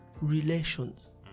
relations